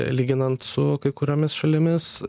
lyginant su kai kuriomis šalimis